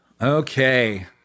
Okay